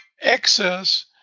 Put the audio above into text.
excess